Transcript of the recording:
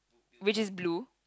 which is blue